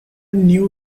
knew